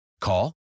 Call